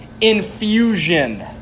infusion